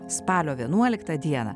spalio vienuoliktą dieną